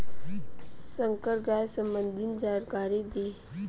संकर गाय सबंधी जानकारी दी?